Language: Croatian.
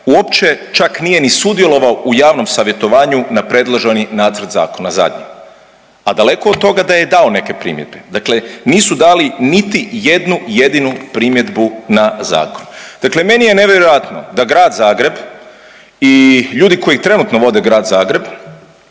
uopće čak nije ni sudjelovao u javnom savjetovanju na predloženi nacrt zakona, zadnji, a daleko od toga da je dao neke primjedbe, dakle nisu dali niti jednu jedinu primjedbu na zakon. Dakle meni je nevjerojatno da grad Zagreb i ljudi koji trenutno vode Grad Zagreb,